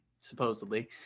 supposedly